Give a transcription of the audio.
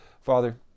Father